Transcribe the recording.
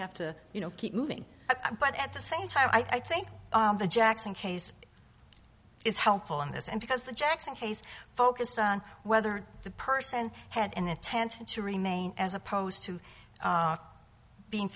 have to you know keep moving i but at the same time i think the jackson case it's helpful on this end because the jackson case focused on whether the person had an attendant to remain as opposed to being